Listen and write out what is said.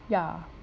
yeah